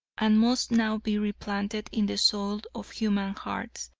and must now be replanted in the soil of human hearts,